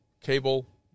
Cable